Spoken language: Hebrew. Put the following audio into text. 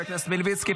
טיבי,